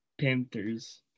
panthers